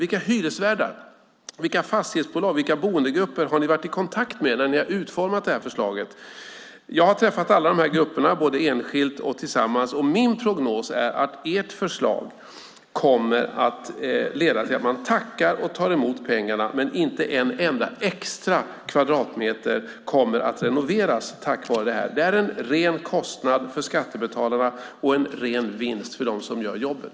Vilka hyresvärdar, fastighetsbolag, boendegrupper har ni varit i kontakt med när ni utformat förslaget? Jag har träffat dessa grupper både enskilt och tillsammans. Min prognos är att ert förslag kommer att leda till att man tackar och tar emot pengarna utan att en enda extra kvadratmeter blir renoverad. Det är en ren kostnad för skattebetalarna och en ren vinst för dem som gör jobbet.